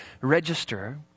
register